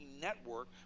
network